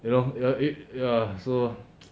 you know it ya so